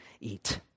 eat